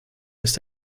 ist